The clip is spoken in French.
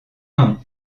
non